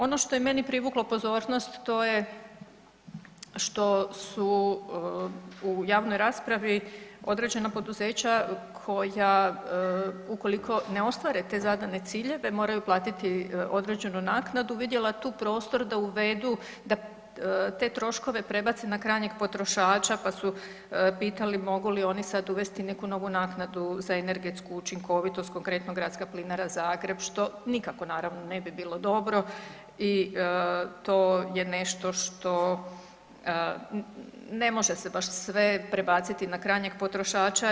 Ono što je meni privuklo pozornost to je što su u javnoj raspravi određena poduzeća koja, ukoliko ne ostvare te zadane ciljeve moraju platiti određenu naknadu vidjela tu prostor da uvedu, da te troškove prebace na krajnjeg potrošača pa su pitali mogu li oni sad uvesti neku novu naknadu za energetsku učinkovitost konkretnog Gradska plinara Zagreb što nikako naravno ne bi bilo dobro i to je nešto što ne može se baš sve prebaciti na krajnjeg potrošača.